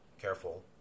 careful